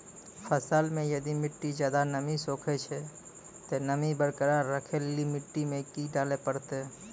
फसल मे यदि मिट्टी ज्यादा नमी सोखे छै ते नमी बरकरार रखे लेली मिट्टी मे की डाले परतै?